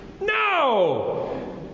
No